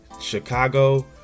Chicago